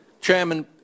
Chairman